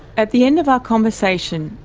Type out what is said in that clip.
at the end of our conversation,